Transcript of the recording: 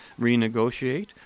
renegotiate